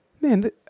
man